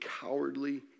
cowardly